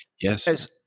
Yes